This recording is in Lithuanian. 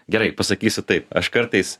gerai pasakysiu taip aš kartais